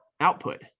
output